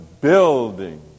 building